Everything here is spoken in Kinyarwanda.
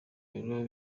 biro